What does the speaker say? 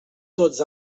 tots